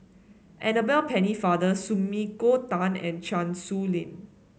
Annabel Pennefather Sumiko Tan and Chan Sow Lin